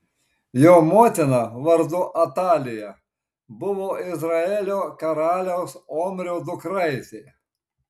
jo motina vardu atalija buvo izraelio karaliaus omrio dukraitė